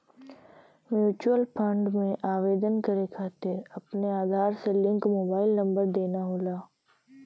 mutual fund में आवेदन करे खातिर अपने आधार से लिंक मोबाइल नंबर देना होला